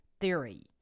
theory